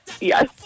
Yes